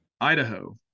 Idaho